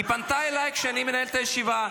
היא פנתה אלי כשאני מנהל את הישיבה.